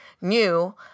new